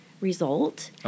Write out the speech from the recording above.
result